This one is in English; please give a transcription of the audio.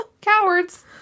Cowards